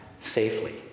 safely